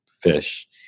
fish